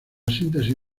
síntesis